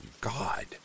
god